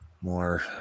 More